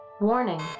Warning